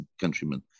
countrymen